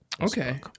Okay